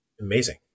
amazing